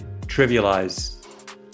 trivialize